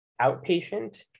outpatient